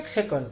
એક સેકન્ડ